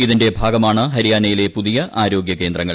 ഇതിന്റെ ഭാഗമാണ് ഹരിയാനയിലെ പുതിയ ആരോഗൃ കേന്ദ്രങ്ങൾ